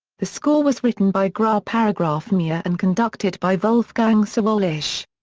the score was written by gronemeyer gronemeyer and conducted by wolfgang sawallisch.